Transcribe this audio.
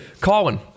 Colin